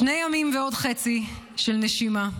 "שני ימים ועוד חצי של נשימה.